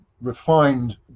refined